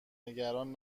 نگران